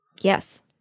Yes